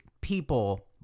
people